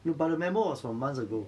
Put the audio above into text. no but the memo was from months ago